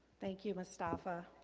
thank you mustapha.